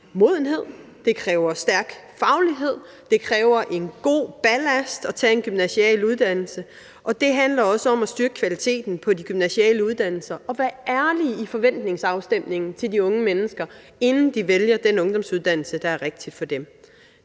og det kræver en god ballast at tage en gymnasial uddannelse, og det handler også om at styrke kvaliteten på de gymnasiale uddannelser og være ærlig over for de unge mennesker i forventningsafstemningen, inden de vælger den ungdomsuddannelse, der er rigtig for dem.